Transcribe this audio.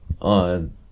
on